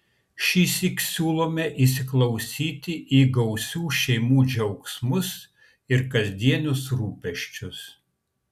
šįsyk siūlome įsiklausyti į gausių šeimų džiaugsmus ir kasdienius rūpesčius